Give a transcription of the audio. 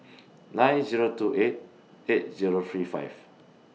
nine Zero two eight eight Zero three five